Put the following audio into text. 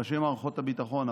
ראשי מערכות הביטחון,